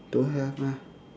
don't have meh